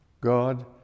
God